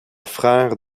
frère